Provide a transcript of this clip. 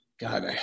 God